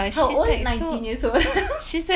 how old nineteen years old